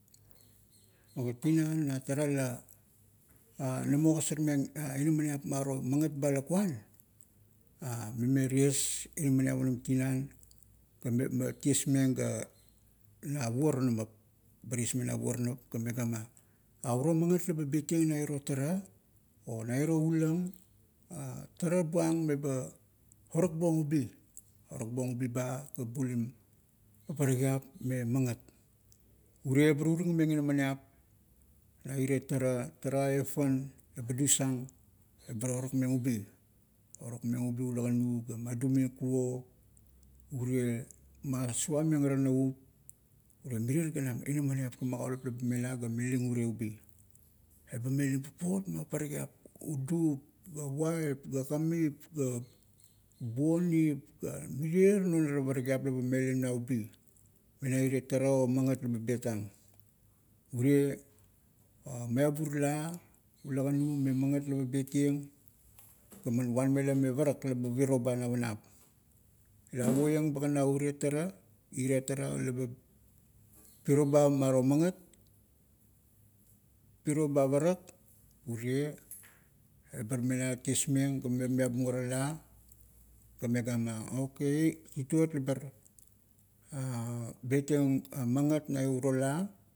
Tinan, na tara la, namo ogasarmeng inaminiap maro magat ba lakuan, mimie ties inaminiap onim tinan ga tiesmeng ga na iro tara, o nairo ulang. Tara buang meba orakbuong ubi. Orakbuong ubi ba, ba bulim paparakiap me magat. Urie, bar urangameng inaminiap na irie tara. Tara a efan eba dusang, ebar orakmeng ubi. Orakmeng ubi ulakanu ga madumeng kuop, urie masuvameng ara navup, urie mirier ganam inaminiap ga magaulup laba mela ga meling urie ubi. Eba melim papot ma parakiap, u dup, ga uap, ga kamip, ga buonip, ga mirier non ara parakiap leba melim na ubi, mena irie tara o magat laba betang. Urie, miabur la, ulakanu me magat laba betieng, gaman, vanmela me parak laba piro ba parak navanap la puoieng bagan na urie taea, irie tara laba piro ba maro magat, piro ba parak. Urie, ebar mela tiesmeng, ga miabung ara la, ga megama, oaky "tituot labar betieng magat na uro la,